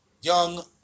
young